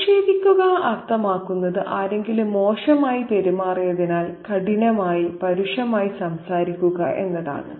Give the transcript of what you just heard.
അധിക്ഷേപിക്കുക അർത്ഥമാക്കുന്നത് ആരെങ്കിലും മോശമായി പെരുമാറിയതിനാൽ കഠിനമായി പരുഷമായി സംസാരിക്കുക എന്നാണ്